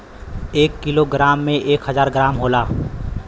एक kilogram में एक हजार ग्राम होला